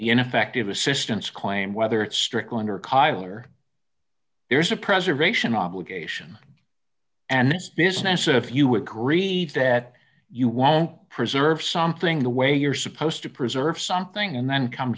the ineffective assistance claim whether it's strickland or kyle or there's a preservation obligation and it's business if you agree that you won't preserve something the way you're supposed to preserve something and then come